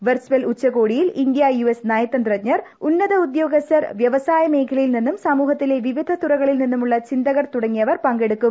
virtual ഉച്ചകോടിയിൽ India US നിയുതന്തജ്ഞർ ഉന്നത ഉദ്യോഗസ്ഥർ വ്യവസായമേഖലയിൽ നിന്നും സ്മൂഹത്തിലെ വിവിധതുറകളിൽ നിന്നുമുള്ള ചിന്തകർ തുടങ്ങിയവർ പങ്കെടുക്കും